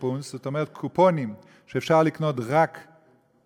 זאת אומרת קופונים שאפשר לקנות בהם רק